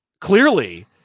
clearly